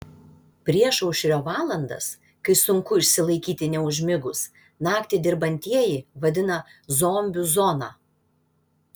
priešaušrio valandas kai sunku išsilaikyti neužmigus naktį dirbantieji vadina zombių zona